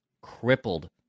crippled